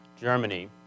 Germany